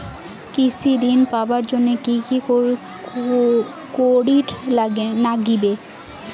কৃষি ঋণ পাবার জন্যে কি কি করির নাগিবে?